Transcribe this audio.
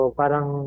parang